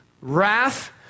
wrath